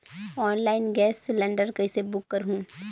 Online gas cylinder कइसे book करहु?